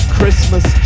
Christmas